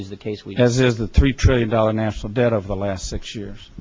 is the case we have the three trillion dollar national debt of the last six years